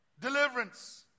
deliverance